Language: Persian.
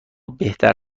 بهتر